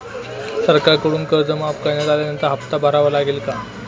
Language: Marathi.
सरकारकडून कर्ज माफ करण्यात आल्यानंतर हप्ता भरावा लागेल का?